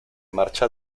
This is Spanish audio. marcha